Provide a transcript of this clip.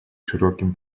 широким